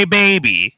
baby